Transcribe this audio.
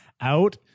out